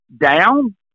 down